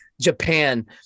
Japan